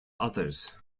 others